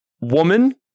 Woman